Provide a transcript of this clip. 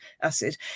acid